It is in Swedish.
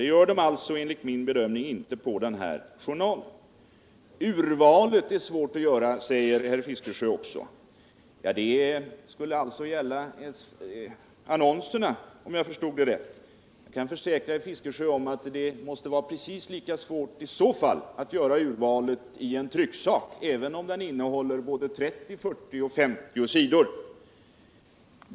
Det gör vi enligt min bedömning inte om vi lägger dem på den här journalen. Urvalet är svårt att göra, säger också herr Fiskesjö. Det gällde annonserna, om jag förstod herr Fiskesjö rätt. Jag kan försäkra herr Fiskesjö att det skulle vara precis lika svårt i så fall att göra urvalet i en trycksak, även om denna innehåller 30, 40 eller t.o.m. 50 sidor.